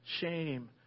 shame